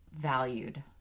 valued